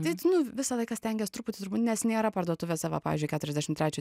tai tu nu visą laiką stengies truputį nes nėra parduotuvėse va pavyzdžiui keturiasdešim trečio